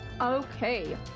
Okay